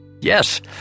Yes